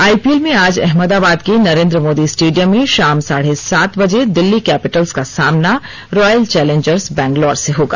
IPL में आज अहमदाबाद के नरेन्द्र मोदी स्टेडियम में शाम साढ़े सात बजे दिल्ली कैपिटल्स का सामना रॉयल चौलेंजर्स बंगलौर से होगा